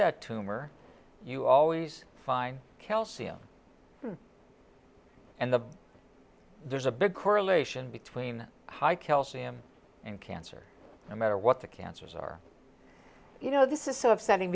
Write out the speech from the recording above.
that tumor you always find calcium and the there's a big correlation between high calcium and cancer no matter what the cancers are you know this is so upsetting